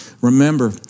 Remember